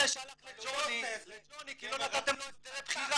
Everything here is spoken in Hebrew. שהלך לג'וני כי לא נתתם לא הסדרי בחירה.